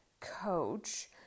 coach